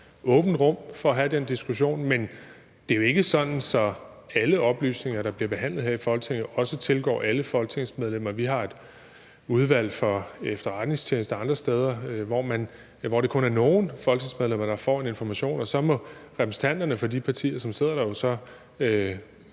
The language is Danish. åbent rum for at have den diskussion. Men det er jo ikke sådan, så alle oplysninger, der bliver behandlet her i Folketinget, også tilgår alle folketingsmedlemmer. Vi har et Udvalg for Efterretningstjenesterne og andre steder, hvor det kun er nogle folketingsmedlemmer, som får en information, og så må repræsentanterne for de partier, som sidder der, give